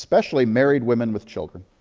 especially married women with children.